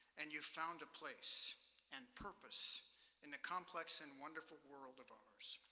and you've found a place and purpose in the complex and wonderful world of ours.